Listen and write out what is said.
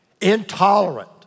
intolerant